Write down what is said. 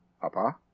Papa